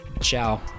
ciao